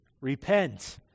Repent